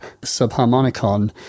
subharmonicon